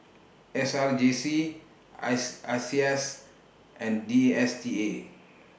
S R J C I S I C S and D S T A